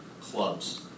clubs